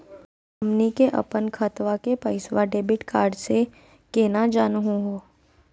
हमनी के अपन खतवा के पैसवा डेबिट कार्ड से केना जानहु हो?